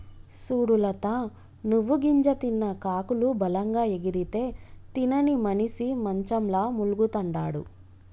సూడు లత నువ్వు గింజ తిన్న కాకులు బలంగా ఎగిరితే తినని మనిసి మంచంల మూల్గతండాడు